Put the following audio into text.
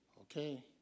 Okay